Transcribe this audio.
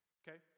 okay